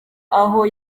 aho